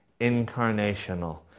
Incarnational